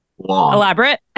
Elaborate